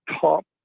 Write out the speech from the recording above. top